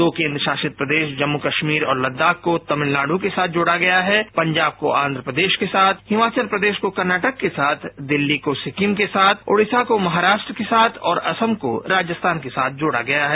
दो केन्द्र शासित प्रदेश जम्मू कश्मीर और लद्दाख को तमिलनाडू के साथ जोड़ा गया है पंजाब को आंध्रप्रदेश के साथ हिमाचल प्रदेश को कर्नाटक के साथ दिल्ली को सिक्किम के साथ ओड़िसा को महाराष्ट्र के साथ और असम को राजस्थान के साथ जोड़ा गया है